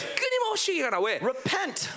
Repent